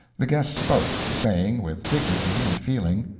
the guest spoke, saying, with dignity and feeling,